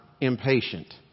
impatient